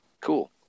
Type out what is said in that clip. cool